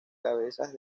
cabezas